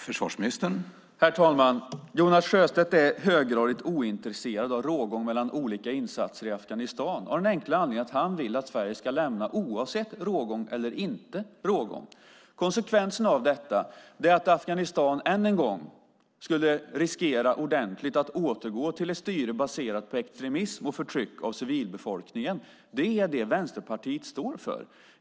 Herr talman! Jonas Sjöstedt är höggradigt ointresserad av rågången mellan olika insatser i Afghanistan av den enkla anledningen att han vill att Sverige ska lämna Afghanistan oavsett rågång eller inte rågång. Konsekvensen av detta är att Afghanistan än en gång skulle riskera att återgå till ett styre baserat på extremism och förtryck av civilbefolkningen. Det är det Vänsterpartiet står för.